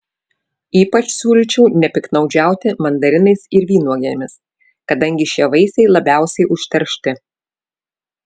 ypač siūlyčiau nepiktnaudžiauti mandarinais ir vynuogėmis kadangi šie vaisiai labiausiai užteršti